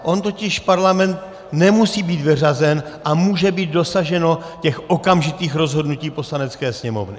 On totiž Parlament nemusí být vyřazen a může být dosaženo těch okamžitých rozhodnutí Poslanecké sněmovny.